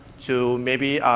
to maybe,